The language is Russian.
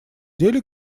деле